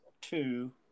two